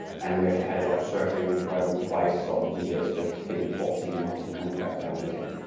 and we actually headed up surfing where we twice saw the gps just hitting fourteen knots and coming back down again,